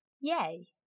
Yay